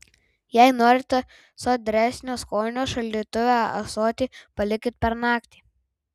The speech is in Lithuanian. jei norite sodresnio skonio šaldytuve ąsotį palikite per naktį